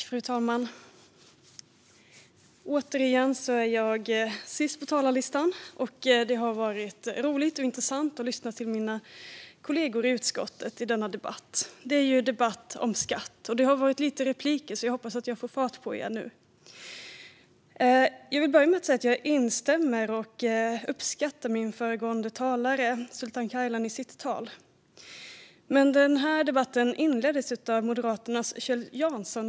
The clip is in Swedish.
Fru talman! Återigen är jag sist på talarlistan. Det har varit roligt och intressant att lyssna till mina kollegor i utskottet i denna debatt om skatt. Det har varit få repliker, så jag hoppas att jag får fart på er nu. Jag vill börja med att säga att jag instämmer i och uppskattar föregående talare Sultan Kayhans tal. Men den här debatten inleddes av Moderaternas Kjell Jansson.